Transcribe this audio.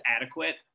adequate